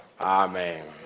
Amen